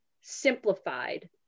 simplified